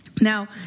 Now